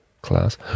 Class